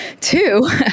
two